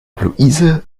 luise